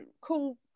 cool